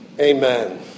Amen